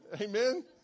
Amen